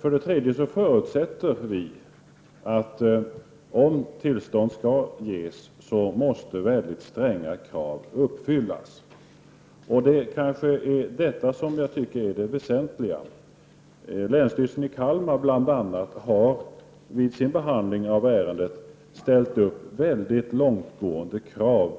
För det tredje förutsätter vi att mycket stränga krav måste uppfyllas om tillstånd skall ges. Det är detta som jag tycker är det väsentliga. Bl.a. länsstyrelsen i Kalmar har vid sin behandling av ärendet ställt mycket långtgående krav,